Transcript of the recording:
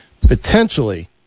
potentially